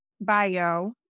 bio